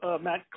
Matt